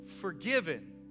forgiven